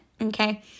Okay